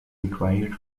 required